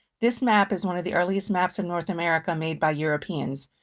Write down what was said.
this map is one of the earliest maps in north america made by europeans.